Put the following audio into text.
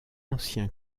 ancien